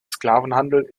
sklavenhandel